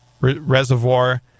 reservoir